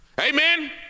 amen